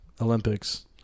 Olympics